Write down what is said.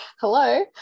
hello